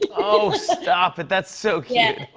oh, stop it. that's so cute.